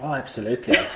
um absolutely.